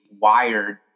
wired